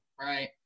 right